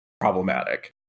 problematic